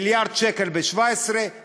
מיליארד שקל ב-2017,